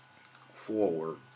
forward